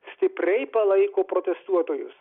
stipriai palaiko protestuotojus